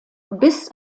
bis